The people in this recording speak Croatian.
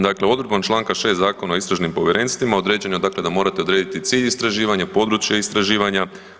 Dakle, odredbom čl. 6. Zakona o istražnim povjerenstvima određeno je dakle da morate odrediti cilj istraživanja i područje istraživanja.